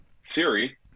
Siri